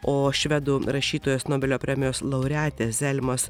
o švedų rašytojos nobelio premijos laureatės zelmos